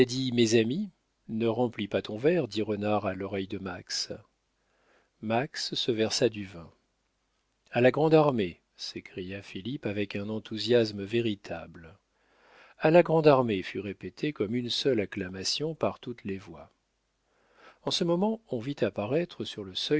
mes amis ne remplis pas ton verre dit renard à l'oreille de max max se versa du vin a la grande-armée s'écria philippe avec un enthousiasme véritable a la grande-armée fut répété comme une seule acclamation par toutes les voix en ce moment on vit apparaître sur le